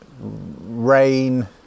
rain